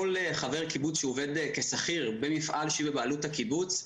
כל חבר קיבוץ שהוא עובד כשכיר במפעל שהוא בבעלות הקיבוץ,